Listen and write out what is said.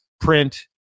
print